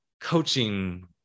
coaching